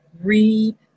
read